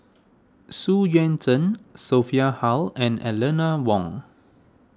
Xu Yuan Zhen Sophia Hull and Eleanor Wong